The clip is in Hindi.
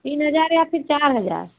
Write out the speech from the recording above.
तीन हज़ार या फिर चार हज़ार